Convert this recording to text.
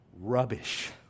rubbish